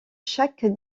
chaque